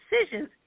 decisions